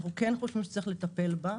אנחנו חושבים שצריך לטפל בה.